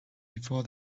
before